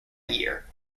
year